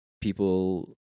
people